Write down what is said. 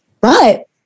But-